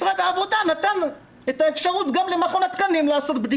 משרד העבודה נתן גם למכון התקנים את האפשרות לעשות בדיקות.